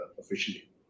officially